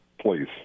please